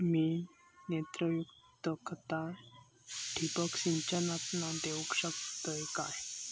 मी नत्रयुक्त खता ठिबक सिंचनातना देऊ शकतय काय?